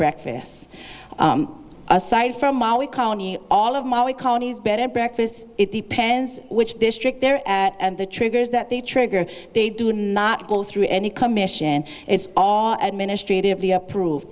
breakfasts aside from maui county all of my we call a nice bed and breakfast it depends which district they're at and the triggers that they trigger they do not go through any commission it's all administratively approved